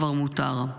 כבר מותר."